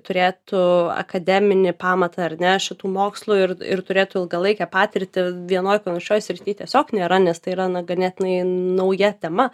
turėtų akademinį pamatą ar ne šitų mokslų ir ir turėtų ilgalaikę patirtį vienoj panašioj srity tiesiog nėra nes tai yra na ganėtinai nauja tema